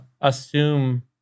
assume